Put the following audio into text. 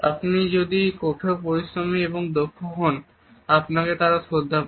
আপনি যদি কঠোর পরিশ্রমী এবং দক্ষ হন আপনাকে তারা শ্রদ্ধা করে